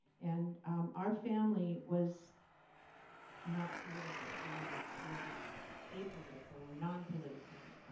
and um our family was not political. we were really apolitical or nonpolitical.